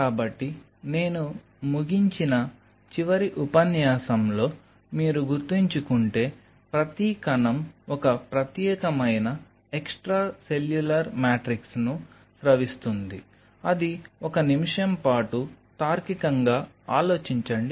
కాబట్టి నేను ముగించిన చివరి ఉపన్యాసంలో మీరు గుర్తుంచుకుంటే ప్రతి కణం ఒక ప్రత్యేకమైన ఎక్స్ట్రాసెల్యులర్ మాట్రిక్స్ ను స్రవిస్తుంది అది ఒక నిమిషం పాటు తార్కికంగా ఆలోచించండి